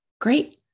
Great